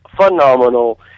phenomenal